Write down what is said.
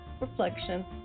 reflection